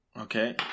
Okay